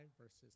verses